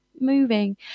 moving